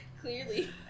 Clearly